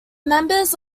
members